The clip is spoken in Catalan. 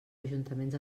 ajuntaments